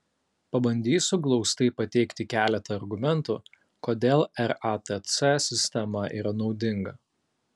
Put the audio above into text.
pabandysiu glaustai pateikti keletą argumentų kodėl ratc sistema yra naudinga